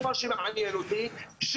זה מה שמעניין אותי.